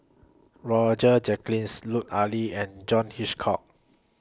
Roger Jenkins Lut Ali and John Hitchcock